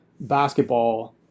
basketball